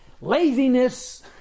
Laziness